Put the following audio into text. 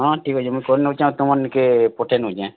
ହଁ ଠିକ୍ ଅଛେ ମୁଇଁ କରି ନେଉଛେଁ ଆଉ ତମର୍ ନିକେ ପଠେଇ ନେଉଛେଁ